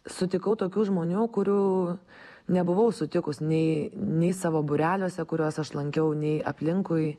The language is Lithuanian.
sutikau tokių žmonių kurių nebuvau sutikus nei nei savo būreliuose kuriuos aš lankiau nei aplinkui